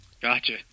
Gotcha